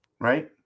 Right